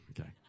Okay